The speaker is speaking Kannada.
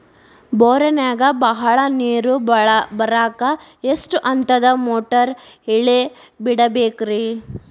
ಬೋರಿನಾಗ ಬಹಳ ನೇರು ಬರಾಕ ಎಷ್ಟು ಹಂತದ ಮೋಟಾರ್ ಇಳೆ ಬಿಡಬೇಕು ರಿ?